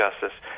justice